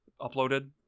uploaded